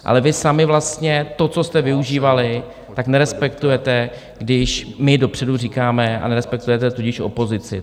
Ale vy sami vlastně to, co jste využívali, tak nerespektujete, když my dopředu říkáme, a nerespektujete tudíž opozici.